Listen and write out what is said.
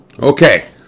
Okay